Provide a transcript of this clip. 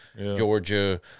Georgia